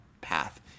path